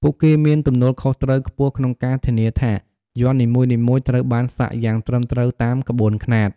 ពួកគេមានទំនួលខុសត្រូវខ្ពស់ក្នុងការធានាថា យ័ន្តនីមួយៗត្រូវបានសាក់យ៉ាងត្រឹមត្រូវតាមក្បួនខ្នាត។